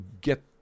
get